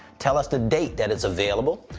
tell us the date that it's available.